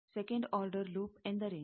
second order loop ಎಂದರೇನು